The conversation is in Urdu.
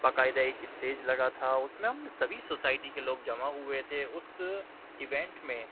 باقاعدہ ایک اسٹیج لگا تھا اس میں ہم سبھی سوسائٹی کے لوگ جمع ہوئے تھے اس ایونٹ میں